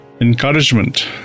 encouragement